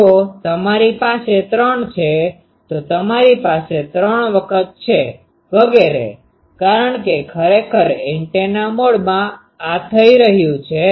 જો તમારી પાસે 3 છે તો તમારી પાસે 3 વખત છે વગેરે કારણ કે ખરેખર એન્ટેના મોડમાં આ થઈ રહ્યું છે